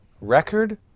Record